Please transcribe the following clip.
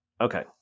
Okay